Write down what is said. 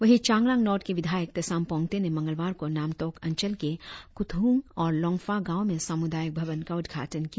वही चांगलांग नोर्थ के विधायक तेसाम पोंगते ने मंगलवार को नामटोक अंचल के कुथुहुंग और लोंगफाह गांवो में सामुदायिक भवन का उद्घाटन किया